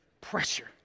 pressure